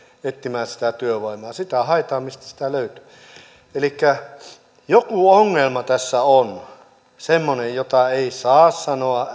etsimään sitä työvoimaa sitä haetaan sieltä mistä sitä löytyy elikkä joku ongelma tässä on semmoinen jota ei saa sanoa